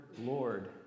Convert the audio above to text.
Lord